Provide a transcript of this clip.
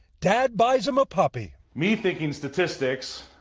dad buys them a puppy. me thinking statistics,